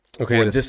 Okay